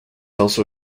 also